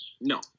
No